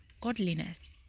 godliness